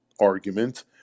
argument